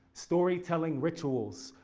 story telling rituals.